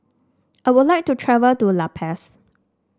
I would like to travel to La Paz